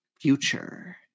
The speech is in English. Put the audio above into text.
Future